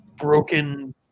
broken